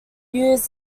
use